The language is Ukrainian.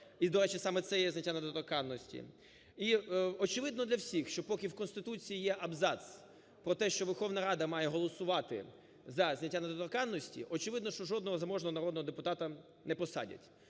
І, до речі, саме це є зняття недоторканності. І очевидно для всіх, що поки в Конституції є абзац про те, що Верховна Рада має голосувати за зняття недоторканності, очевидно, що жодного заможного народного депутата не посадять.